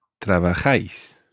Trabajáis